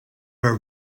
were